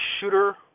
shooter